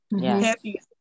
happy